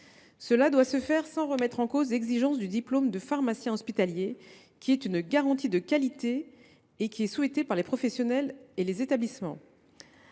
Cela doit se faire sans remettre en cause l’exigence du diplôme de pharmacien hospitalier, garantie de qualité souhaitée par les professionnels et les établissements.